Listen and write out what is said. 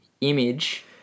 image